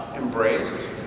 embraced